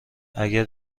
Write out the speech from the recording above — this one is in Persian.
اگر